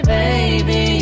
baby